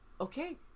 Okay